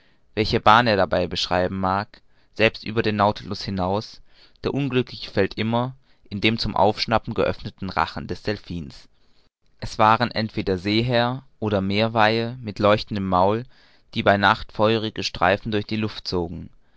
welche bahn er dabei beschreiben mag selbst über den nautilus hinaus der unglückliche fällt immer in den zum aufschnappen geöffneten rachen des delphins es waren entweder seehäher oder meerweihe mit leuchtendem maul die bei der nacht feurige streifen durch die luft zogen